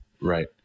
Right